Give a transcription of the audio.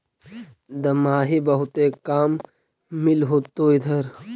दमाहि बहुते काम मिल होतो इधर?